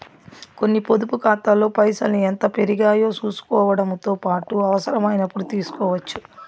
కొన్ని పొదుపు కాతాల్లో పైసల్ని ఎంత పెరిగాయో సూసుకోవడముతో పాటు అవసరమైనపుడు తీస్కోవచ్చు